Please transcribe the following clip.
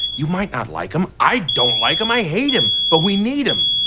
you might not like him. i don't like him. i hate him, but we need him.